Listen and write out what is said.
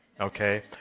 okay